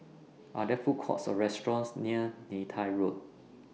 Are There Food Courts Or restaurants near Neythai Road